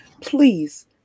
Please